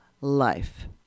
life